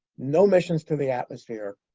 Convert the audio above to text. no missions to the atmosphere.